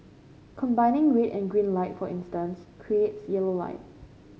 combining read and green light for instance creates yellow light